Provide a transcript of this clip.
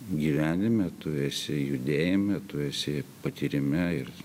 gyvenime tu esi judėjime tu esi patyrime ir